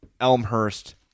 Elmhurst